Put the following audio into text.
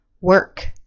work